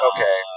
Okay